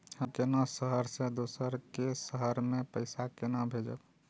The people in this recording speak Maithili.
हम केना शहर से दोसर के शहर मैं पैसा केना भेजव?